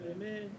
Amen